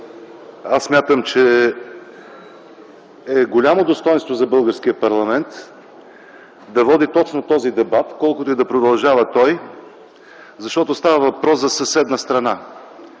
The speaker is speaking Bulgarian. аз смятам, че е голямо достойнство за българския парламент да води точно този дебат, колкото и да продължава той, защото става въпрос за съседна страна,